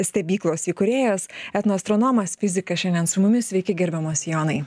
stebyklos įkūrėjas etnoastronomas fizikas šiandien su mumis sveiki gerbiamas jonai